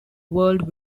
world